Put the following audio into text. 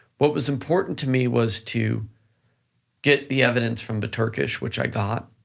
what was important to me was to get the evidence from the turkish, which i got,